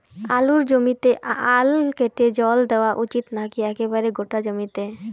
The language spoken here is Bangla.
আলুর জমিতে আল কেটে জল দেওয়া উচিৎ নাকি একেবারে গোটা জমিতে?